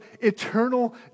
eternal